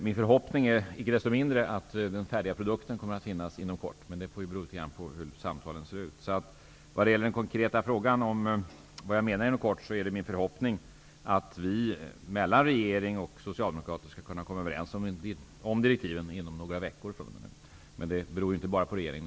Min förhoppning är icke desto mindre att den färdiga produkten kommer att finnas inom kort. Men det beror litet grand på hur samtalen fungerar. Vad gäller den konkreta frågan om vad jag menar med inom kort, så är det min förhoppning att regeringen och Socialdemokraterna inom några veckor skall vara överens om direktiven. Men det beror således inte bara på regeringen.